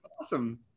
Awesome